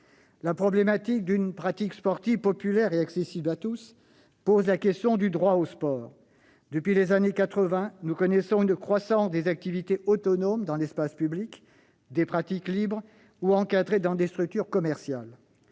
La problématique d'une pratique sportive populaire et accessible à tous pose la question du droit au sport. Depuis les années 1980, nous connaissons une croissance des activités autonomes dans l'espace public, des pratiques libres ou encadrées dans des structures commerciales.